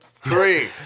Three